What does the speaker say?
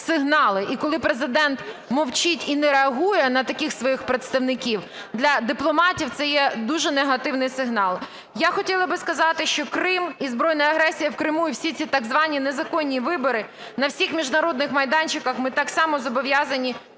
І коли Президент мовчить і не реагує на таких своїх представників, для дипломатів це є дуже негативний сигнал. Я хотіла би сказати, що Крим і збройна агресія в Криму і всі ці так звані незаконні вибори, на всіх міжнародних майданчиках ми так само зобов'язані